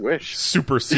super